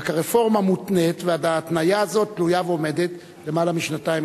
רק הרפורמה מותנית וההתניה הזאת תלויה ועומדת למעלה משנתיים,